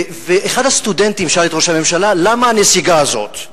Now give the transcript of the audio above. אחד הסטודנטים שאל את ראש הממשלה למה הנסיגה הזאת,